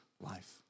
life